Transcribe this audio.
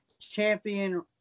champion